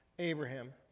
Abraham